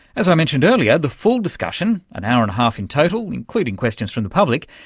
as i mentioned earlier, the full discussion, an hour and a half in total including questions from the public,